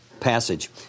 passage